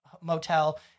motel